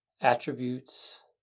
attributes